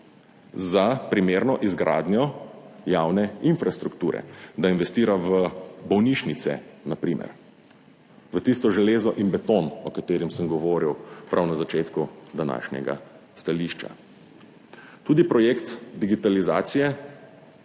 za primerno izgradnjo javne infrastrukture, da investira v bolnišnice, na primer v tisto železo in beton, o katerem sem govoril prav na začetku današnjega stališča. Tudi projekt digitalizacije